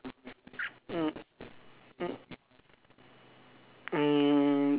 mm mm mm